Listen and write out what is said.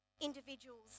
individuals